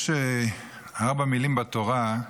יש ארבע מילים בתורה: